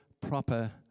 proper